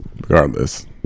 Regardless